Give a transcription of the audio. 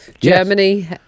Germany